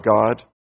God